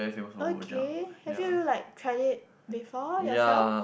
okay have you like tried it before yourself